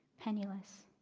penniless,